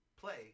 play